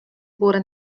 góry